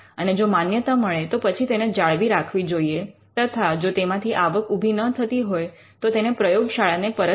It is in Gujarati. અને જો માન્યતા મળે તો પછી તેને જાળવી રાખવી જોઈએ તથા જો તેમાંથી આવક ઊભી ન થતી હોય તો તેને પ્રયોગશાળા ને પરત કરી